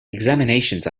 examinations